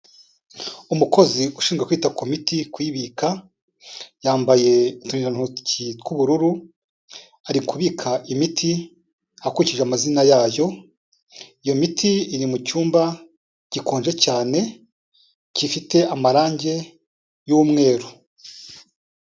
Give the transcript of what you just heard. Umukozi ushinzwe kwita ku miti, kuyibika, yambaye uturindantoki tw'ubururu, ari kubika imiti akurikije amazina yayo, iyo miti iri mu cyumba gikonje cyane gifite amarangi y'umweru.